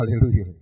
Hallelujah